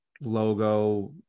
logo